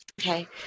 Okay